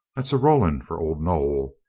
that's a roland for old noll.